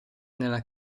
nella